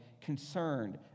concerned